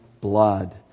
blood